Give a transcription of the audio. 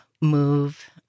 move